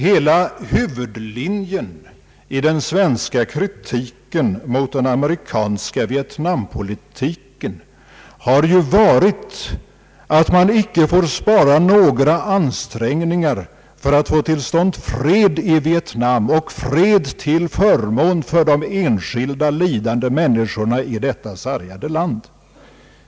Hela linjen i den svenska kritiken mot den ame rikanska Vietnampolitiken är att man icke får spara några ansträngningar för att få till stånd fred i Vietnam — fred till förmån för de enskilda lidande människorna i detta sargade land.